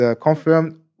confirmed